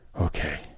Okay